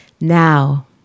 Now